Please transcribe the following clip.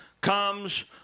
comes